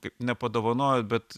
kaip nepadovanojot bet